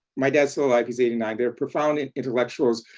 my dad's still alive, he's eighty nine. they're profound and intellectuals.